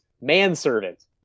manservant